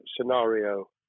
scenario